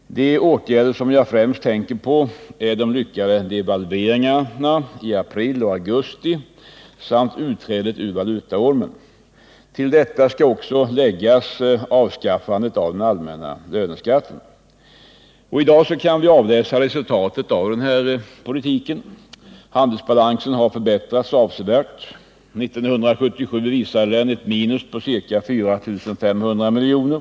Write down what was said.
De åtgärder som jag främst tänker på är de lyckade devalveringarna i april och augusti samt utträdet ur valutaormen. Till detta skall också läggas avskaffandet av den allmänna löneskatten. I dag kan vi avläsa resultatet av denna politik. Handelsbalansen har förbättrats avsevärt. 1977 visade den ett minus på ca 4 500 miljoner.